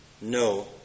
no